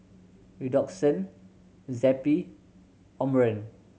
Redoxon Zappy and Omron